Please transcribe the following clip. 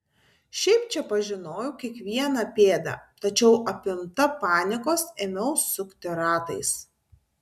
šiaip čia pažinojau kiekvieną pėdą tačiau apimta panikos ėmiau sukti ratais